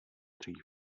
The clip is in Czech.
dříve